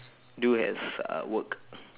do as uh work